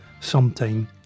sometime